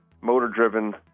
motor-driven